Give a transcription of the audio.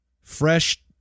Fresh